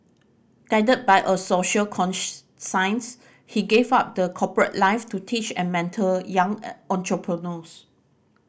guided by a social science he gave up the corporate life to teach and mentor young entrepreneurs